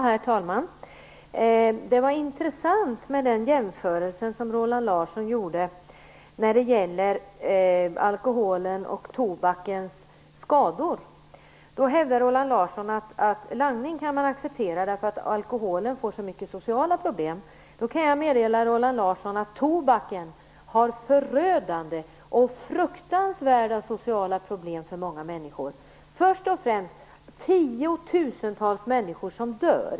Herr talman! Den jämförelse som Roland Larsson gjorde när det gäller alkoholens och tobakens skador var intressant. Roland Larsson hävdade att man kan acceptera rökning därför att alkoholen innebär så stora sociala problem. Jag kan då meddela Roland Larsson att tobaken innebär förödande och fruktansvärda sociala problem för många människor. Först och främst är det tiotusentals människor som dör.